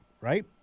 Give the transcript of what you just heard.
right